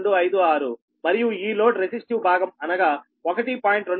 2256 మరియు ఈ load resistive భాగం అనగా 1